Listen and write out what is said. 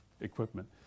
equipment